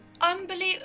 Unbelievable